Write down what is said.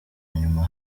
nyuma